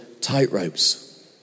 tightropes